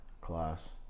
class